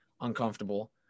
uncomfortable